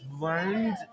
learned